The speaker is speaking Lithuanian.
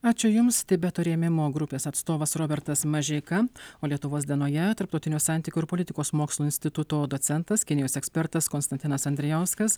ačiū jums tibeto rėmimo grupės atstovas robertas mažeika o lietuvos dienoje tarptautinių santykių ir politikos mokslų instituto docentas kinijos ekspertas konstantinas andrijauskas